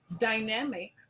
dynamic